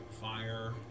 fire